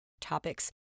topics